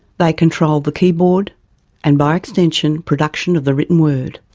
they controlled the keyboard and by extension production of the written word.